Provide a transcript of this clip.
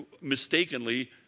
mistakenly